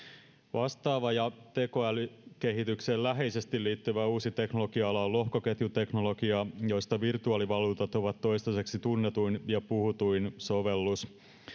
vastaava ja tekoälykehitykseen läheisesti liittyvä uusi teknologia ala on lohkoketjuteknologia josta virtuaalivaluutat ovat toistaiseksi tunnetuin ja puhutuin sovellus